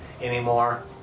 anymore